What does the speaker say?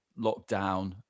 lockdown